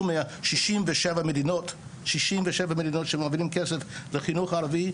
מששים ושבע מדינות שמעבירות כסף לחינוך הערבי,